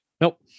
Nope